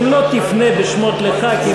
אם לא תפנה בשמות לחברי כנסת,